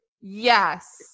yes